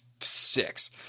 six